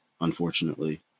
unfortunately